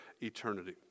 eternity